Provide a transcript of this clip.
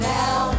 now